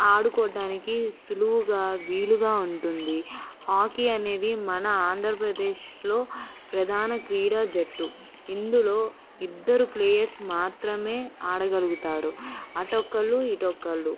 ఆడుకోవడానికి సులువుగా వీలుగా ఉంటుంది హాకీ అనేది మన ఆంధ్రప్రదేశ్లోప్రధాన క్రీడా జట్టు ఇందులో ఇద్దరు ప్లేయర్స్ మాత్రమే ఆడగలుగుతారు అటు ఒకరు ఇటు ఒకరు